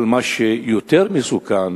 אבל מה שיותר מסוכן,